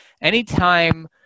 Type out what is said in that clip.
anytime